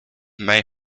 may